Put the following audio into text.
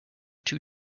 two